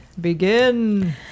begin